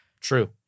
True